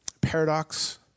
paradox